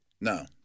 No